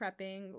prepping